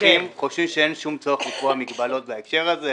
תומכים וחושבים שאין שום צורך לקבוע מגבלות בהקשר הזה.